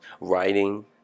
writing